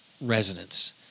resonance